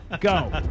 Go